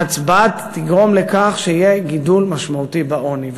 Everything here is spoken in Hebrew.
ההצבעה תגרום לכך שיהיה גידול משמעותי בעוני,